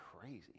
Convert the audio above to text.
crazy